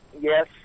yes